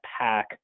pack